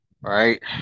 right